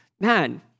man